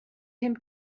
him